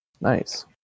Nice